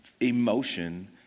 emotion